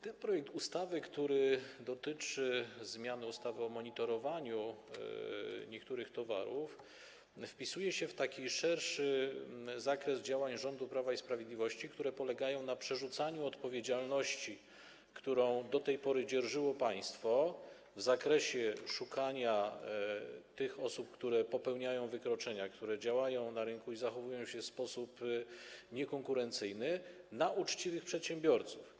Ten projekt ustawy, który dotyczy zmiany ustawy o monitorowaniu niektórych towarów, wpisuje się w taki szerszy zakres działań rządu Prawa i Sprawiedliwości, które polegają na przerzucaniu odpowiedzialności, którą do tej pory dzierżyło państwo, w zakresie szukania tych osób, które popełniają wykroczenia, które działają na rynku i zachowują się w sposób niekonkurencyjny, na uczciwych przedsiębiorców.